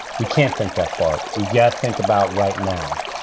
we can't think that far. we. yes. think about right now.